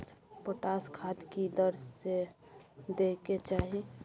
Potash खाद की दर से दै के चाही?